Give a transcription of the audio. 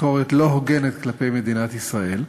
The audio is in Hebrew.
ביקורת לא הוגנת כלפי מדינת ישראל.